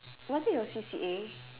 was it your C_C_A